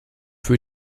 für